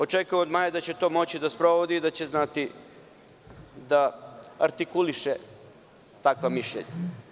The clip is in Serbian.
Očekujem od Maje da će to moći da sprovodi i da će znati da artikuliše takva mišljenja.